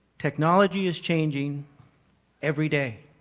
technology is changing everyday.